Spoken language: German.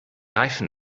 reifen